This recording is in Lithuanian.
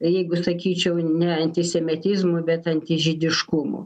jeigu sakyčiau ne antisemitizmo bet antižydiškumo